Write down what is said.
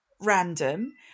random